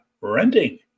renting